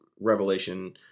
Revelation